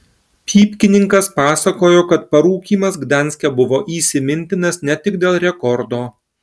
pypkininkas pasakojo kad parūkymas gdanske buvo įsimintinas ne tik dėl rekordo